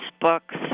books